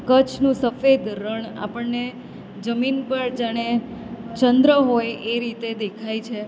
કચ્છનું સફેદ રણ આપણને જમીન પર જાણે ચંદ્ર હોય એ રીતે દેખાય છે